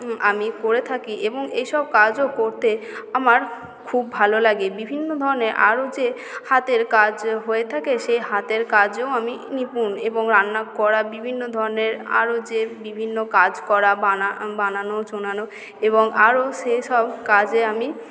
আমি করে থাকি এবং এসব কাজও করতে আমার খুব ভালো লাগে বিভিন্ন ধরণের আরও যে হাতের কাজ হয়ে থাকে সে হাতের কাজও আমি নিপুন এবং রান্না করা বিভিন্ন ধরণের আরও যে বিভিন্ন কাজ করা বানানো ঝোলানো এবং আরও সেসব কাজে আমি